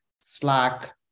slack